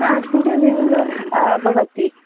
हा ring ring भवति